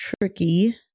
tricky